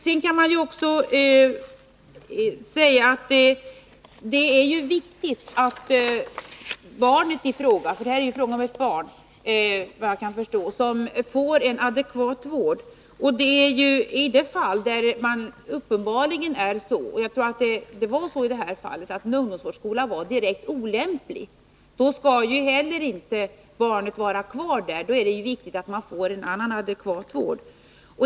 Sedan kan man ju också säga att det är viktigt att barnet i fråga — för här gäller det såvitt jag förstår ett barn — får en adekvat vård. Då en ungdomsvårdsskola uppenbarligen är direkt olämplig — och jag tror att det var så i det här fallet — skall ju inte barnet vara kvar på skolan. Det är då viktigt att barnet får en annan och mera adekvat vård.